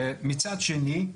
מצד שני,